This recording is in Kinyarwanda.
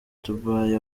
dubai